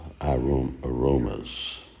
aromas